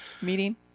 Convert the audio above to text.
Meeting